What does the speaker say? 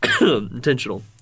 intentional